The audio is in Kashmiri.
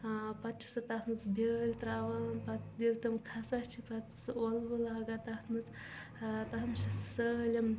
ٲں پتہٕ چھِ سۄ تتھ منٚز بیٲلۍ تراوان پتہٕ ییٚلہِ تِم کھسان چھِ پتہٕ سۄ ٲلوٕ لاگان تتھ منٛز ٲں تتھ منٛز چھُ سٲلَم